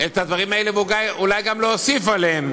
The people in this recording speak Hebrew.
את הדברים האלה ואולי גם להוסיף עליהם